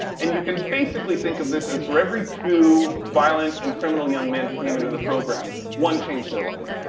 and you can basically think of this as for every two violent and criminal young men who came into the program, one changed their life.